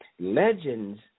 Legends